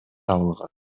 табылган